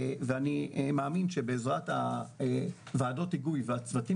אני מאמין שבעזרת ועדות ההיגוי והצוותים